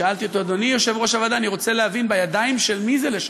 ושאלתי אותו: אדוני יושב-ראש הוועדה,